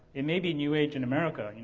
it may be new age in america,